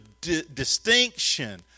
distinction